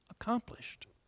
accomplished